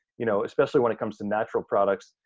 you know especially when it comes to natural products,